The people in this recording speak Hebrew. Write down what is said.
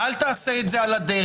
אל תעשה את זה על הדרך,